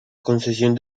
concesión